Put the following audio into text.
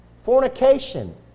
Fornication